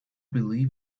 believe